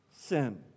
sin